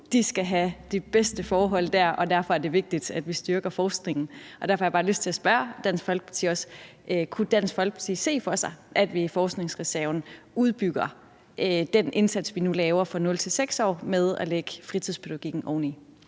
skal have de bedste forhold der, og derfor er det vigtigt, at vi styrker forskningen. Og derfor har jeg bare lyst til at spørge Dansk Folkeparti: Kunne Dansk Folkeparti se for sig, at vi i forskningsreserven udbygger den indsats, som vi nu laver for de 0-6-årige, med at lægge fritidspædagogikken oveni?